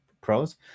pros